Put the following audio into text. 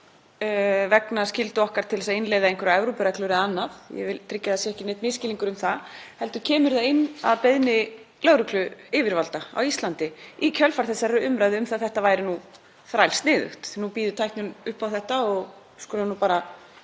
vegna skyldu okkar til að innleiða einhverjar Evrópureglur eða annað, ég vil tryggja að það sé ekki neinn misskilningur um það, heldur kemur það inn að beiðni lögregluyfirvalda á Íslandi í kjölfar umræðu um að þetta væri nú þrælsniðugt. Nú býður tæknin upp á þetta og þá skulum